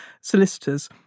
solicitors